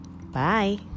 bye